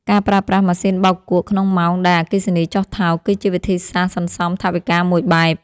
ការប្រើប្រាស់ម៉ាស៊ីនបោកគក់ក្នុងម៉ោងដែលអគ្គិសនីចុះថោក គឺជាវិធីសាស្ត្រសន្សំថវិកាមួយបែប។